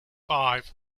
five